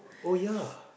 oh ya